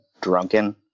drunken